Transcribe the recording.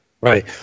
Right